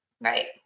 right